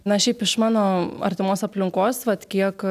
na šiaip iš mano artimos aplinkos vat kiek